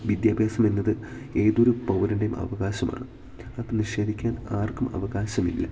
വിദ്യാഭ്യാസം എന്നത് ഏതൊരു പൗരൻ്റെയും അവകാശമാണ് അത് നിഷേധിക്കാൻ ആർക്കും അവകാശമില്ല